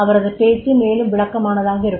அவரது பேச்சு மேலும் விளக்கமானதாக இருக்கும்